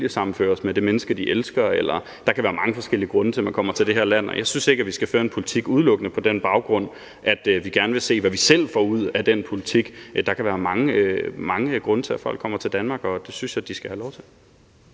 familiesammenføres med det menneske, de elsker. Der kan være mange forskellige grunde til, at man kommer til det her land, og jeg synes ikke, vi skal føre en politik udelukkende på den baggrund, at vi gerne vil se, hvad vi selv får ud af den politik. Der kan være mange grunde til, at folk kommer til Danmark, og det synes jeg de skal have lov til.